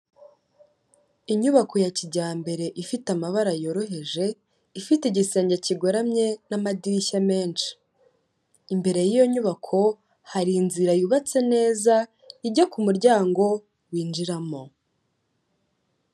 Inyubako ya kijyambere ifite amabara yoroheje, ifite igisenge kigoramye n'amadirishya menshi, imbere y'iyo nyubako hari inzira yubatse neza ijya ku muryango winjiramo.